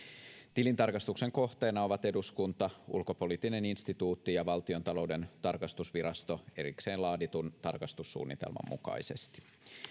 tilintarkastuksen kohteena ovat eduskunta ulkopoliittinen instituutti ja valtiontalouden tarkastusvirasto erikseen laaditun tarkastussuunnitelman mukaisesti